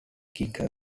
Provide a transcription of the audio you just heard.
kicker